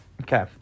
Okay